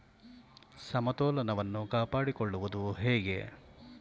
ಸಮತೋಲನವನ್ನು ಕಾಪಾಡಿಕೊಳ್ಳುವುದು ಹೇಗೆ?